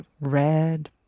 red